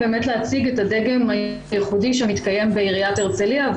להציג את הדגם הייחודי שמתקיים בעיריית הרצליה.